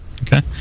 Okay